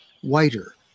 whiter